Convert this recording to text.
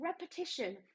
repetition